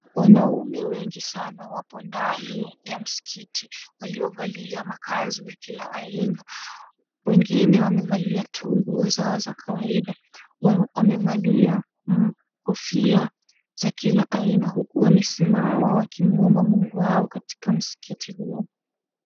Wanaume wengi sana wapo ndani ya msikiti waliovalia makanzu ya kila aina wengine wamevalia tungu zao za kawaida, wamevalia kofia za kila aina huku wamesimama wakimuomba Mungu wao katika Msikiti huo.